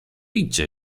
idźże